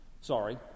Sorry